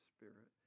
Spirit